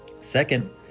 Second